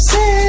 Say